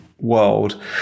World